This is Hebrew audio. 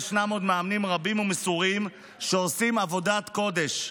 ישנם עוד מאמנים רבים ומסורים שעושים עבודת קודש.